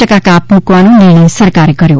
ટકા કાપ મૂકવાનો નિર્ણય સરકારે કર્યો